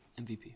MVP